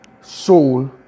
soul